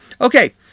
Okay